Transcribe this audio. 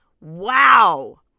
Wow